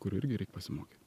kur irgi reik pasimokyt